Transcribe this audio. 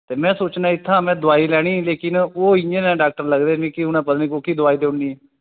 ते में सोचनां में इत्थां दां दोआई लैनी ही लेकिन ओह् इ'यां गै डाक्टर लगदे मिगी उ'नें पता नि कोह्की दोआई देई ओड़नी हां